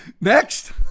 Next